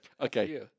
Okay